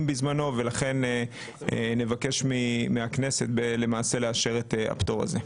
בזמנו ולכן נבקש מהכנסת לאשר את הפטור הזה.